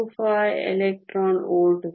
25 electron ವೋಲ್ಟ್ಗಳು